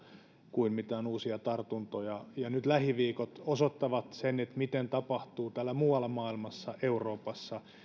kuin mitä on uusia tartuntoja ja nyt lähiviikot osoittavat miten tapahtuu muualla maailmassa euroopassa